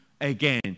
again